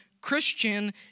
Christian